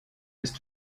ist